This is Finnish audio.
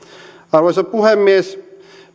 arvoisa puhemies